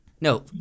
no